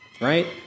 right